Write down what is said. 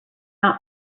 not